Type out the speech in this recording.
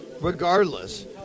Regardless